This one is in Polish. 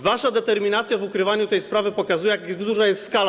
Wasza determinacja w ukrywaniu tej sprawy pokazuje, jak duża jest tego skala.